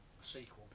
sequel